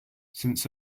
since